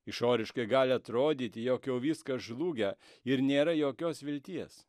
išoriškai gali atrodyti jog jau viskas žlugę ir nėra jokios vilties